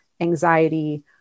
anxiety